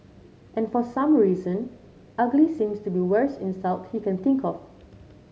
and for some reason ugly seems to be worst insult he can think of